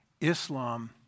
Islam